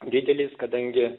didelis kadangi